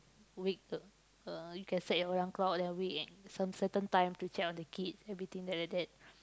wake uh uh you can set your alarm clock then I wake at some certain time to check on the kids everything that that that